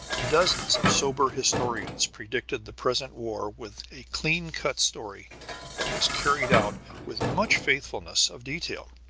dozens of sober historians predicted the present war with a clean-cut story that was carried out with much faithfulness of detail,